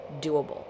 doable